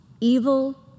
evil